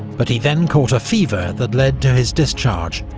but he then caught a fever that led to his discharge,